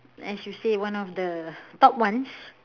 as you say one of the top ones